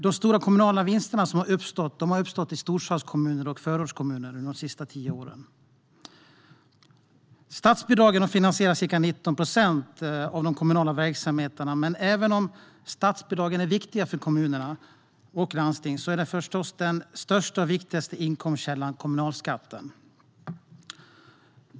De stora kommunala vinsterna har uppstått i storstadskommuner och i förortskommuner under de senaste tio åren. Statsbidragen finansierar ca 19 procent av de kommunala verksamheterna, men även om statsbidragen är viktiga för kommuner och landsting är förstås den största och viktigaste inkomstkällan kommunalskatten.